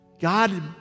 God